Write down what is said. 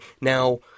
Now